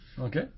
Okay